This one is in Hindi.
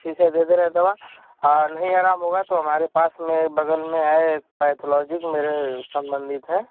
ठीक है दे दे रहें हैं दवा नहीं आराम हो होगा तो हमारे पास में बग़ल में है एक पैथोलॉजीक मेरे संबंधित हैं